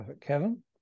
Kevin